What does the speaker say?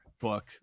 book